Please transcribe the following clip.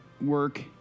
work